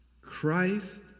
Christ